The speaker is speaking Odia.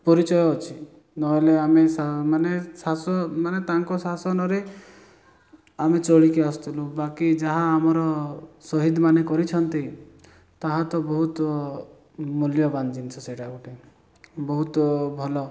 ପରିଚୟ ଅଛି ନହେଲେ ଆମେ ସା ମାନେ ଶାସ ମାନେ ତାଙ୍କ ଶାସନରେ ଆମେ ଚଳିକି ଆସୁଥିଲୁ ବାକି ଯାହା ଆମର ଶହୀଦ୍ମାନେ କରିଛନ୍ତି ତାହା ତ ବହୁତ ମୂଲ୍ୟବାନ ଜିନଷ ସେଇଟା ଗୋଟେ ବହୁତ ଭଲ